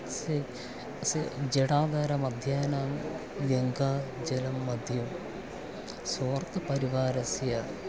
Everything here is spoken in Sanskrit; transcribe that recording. एकस्य अस्य जलागारमध्याह्नानाम व्यङ्का जलं मध्यम स्रोतपरिवारस्य